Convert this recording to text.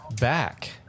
back